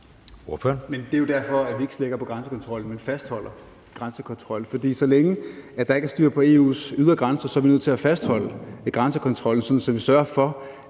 Det er jo derfor, at vi ikke slækker på grænsekontrollen – vi fastholder grænsekontrollen. For så længe der ikke er styr på EU's ydre grænser, er vi nødt til at fastholde grænsekontrollen, sådan at vi sørger for